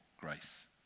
grace